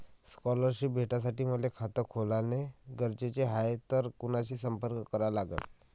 Scholarship भेटासाठी मले खात खोलने गरजेचे हाय तर कुणाशी संपर्क करा लागन?